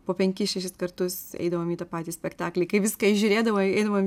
po penkis šešis kartus eidavom į tą patį spektaklį kai viską išžiūrėdavom eidavom